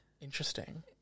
Interesting